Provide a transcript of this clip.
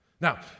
Now